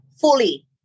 fully